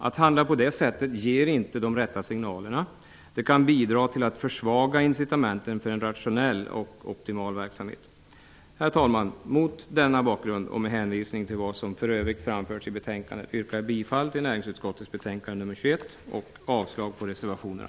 Att handla på det sättet ger inte de rätta signalerna. Det kan bidra till att försvaga incitamenten för en rationell och optimal verksamhet. Herr talman! Mot denna bakgrund, och med hänvisning till vad som för övrigt framförts i betänkandet yrkar jag bifall till näringsutskottets betänkande nr 21 och avslag på reservationerna.